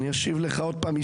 אני אשיב לך עוד פעם.